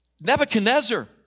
Nebuchadnezzar